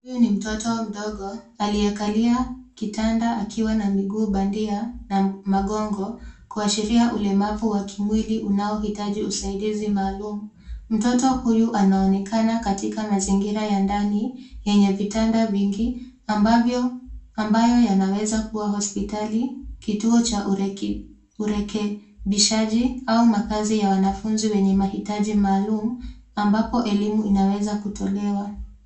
Huyu ni mtoto mdogo aliyekalia kitanda akiwa na miguu bandia na magongo kuashiria ulemavu wa kimwili unaohitaji usaidizi maalum. Mtoto huyu anaonekana katika mazingira ya ndani yenye vitanda vingi ambavyo- ambayo yanaweza kuwa hospitali, kituo cha urekebi- urekebishaji au makazi ya wanafunzi wenye mahitaji maalum ambapo elimu inaweza kutolewa.